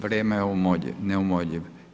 Vrijeme je neumoljivo.